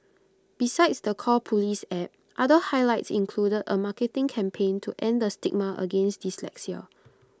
besides the call Police app other highlights included A marketing campaign to end the stigma against dyslexia